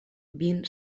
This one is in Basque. bin